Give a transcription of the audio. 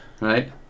right